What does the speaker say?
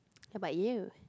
how about you